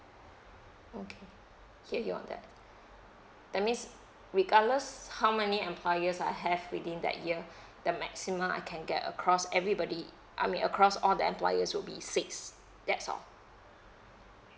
okay hear you on that that means regardless how many employers I have within that year the maximum I can get across everybody I mean across all the employers will be six that's all